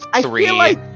three